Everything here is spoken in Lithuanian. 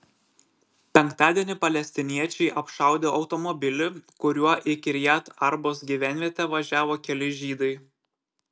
penktadienį palestiniečiai apšaudė automobilį kuriuo į kirjat arbos gyvenvietę važiavo keli žydai